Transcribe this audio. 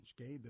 okay